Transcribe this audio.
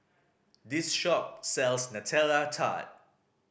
this shop sells Nutella Tart